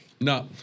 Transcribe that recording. No